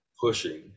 pushing